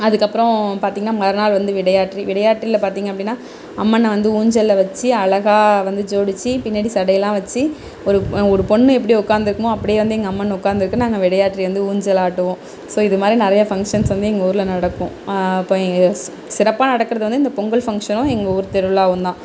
அதுக்கு அப்றம் பார்த்திங்ன்னா மறுநாள் வந்து விடையாற்றி விடையாற்றில் பார்த்திங்க அப்படினா அம்மனை வந்து ஊஞ்சலில் வச்சு அழகாக வந்து ஜோடிச்சி பின்னாடி சடையலாம் வச்சு ஒரு ஒரு பொண்ணு எப்படி உக்காந்துருக்குமோ அப்படி வந்து எங்கள் அம்மன் உக்காந்துருக்கும் நாங்கள் வெடையாற்றி வந்து ஊஞ்சல் ஆட்டுவோம் ஸோ இது மாதிரி நிறைய ஃபங்ஷன் வந்து எங்கள் ஊரில் நடக்கும் இப்போ எங்கள் சிறப்பாக நடக்கிறது வந்து இந்த பொங்கல் ஃபங்ஷனும் எங்கள் ஊர் திருவிழாவுந்தான்